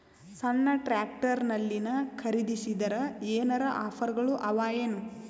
ಸಣ್ಣ ಟ್ರ್ಯಾಕ್ಟರ್ನಲ್ಲಿನ ಖರದಿಸಿದರ ಏನರ ಆಫರ್ ಗಳು ಅವಾಯೇನು?